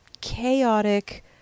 chaotic